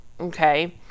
Okay